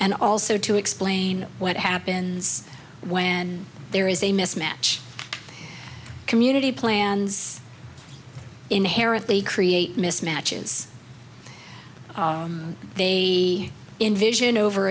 and also to explain what happens when there is a mismatch of community plans inherit they create mismatches they envision over